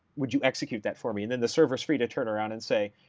would you execute that formula? then the server is free to turn around and say,